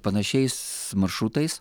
panašiais maršrutais